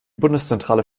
bundeszentrale